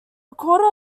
recorder